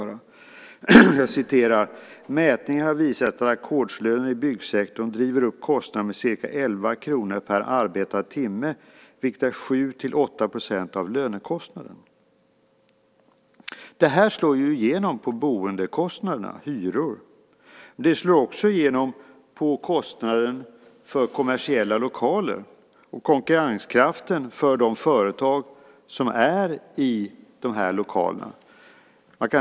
Man skriver: "Mätningar har visat att ackordslöner driver upp kostnaden med ca 11 kr per arbetad timme, vilket är 7-8 procent av lönekostnaden." Detta slår igenom på boendekostnaderna. Det slår också igenom på kostnaden för kommersiella lokaler och konkurrenskraften för de företag som använder lokalerna.